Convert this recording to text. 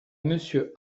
monsieur